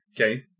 Okay